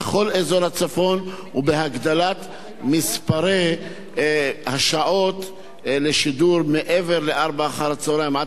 ובהגדלת מספר השעות לשידור מעבר ל-16:00 עד חצות הלילה,